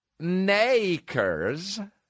Nakers